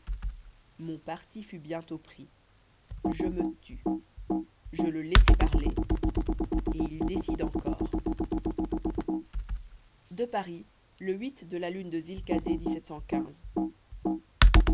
mon parti fut bientôt pris je me tus je le laissai parler et il décide encore à paris le de la lune de